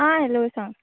आ hello सांग